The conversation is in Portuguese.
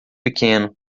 pequeno